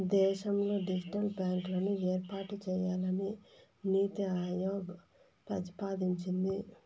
దేశంలో డిజిటల్ బ్యాంకులను ఏర్పాటు చేయాలని నీతి ఆయోగ్ ప్రతిపాదించింది